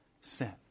sin